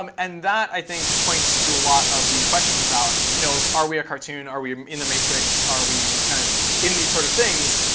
um and that, i think, points to a lot of these questions about you know are we a cartoon? are we in a matrix? are we kind of in these sort of things?